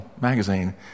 magazine